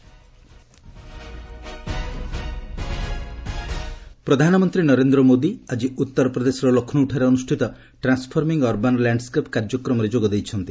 PM Lucknow ପ୍ରଧାନମନ୍ତ୍ରୀ ନରେନ୍ଦ୍ର ମୋଦି ଆଜି ଉତ୍ତରପ୍ରଦେଶର ଲକ୍ଷ୍ରୌଠାରେ ଅନୁଷ୍ଠିତ ଟ୍ରାନୁଫରମିଂ ଅରବାନ୍ ଲ୍ୟାଣସ୍କେପ୍ କାର୍ଯ୍ୟକ୍ରମରେ ଯୋଗ ଦେଇଛନ୍ତି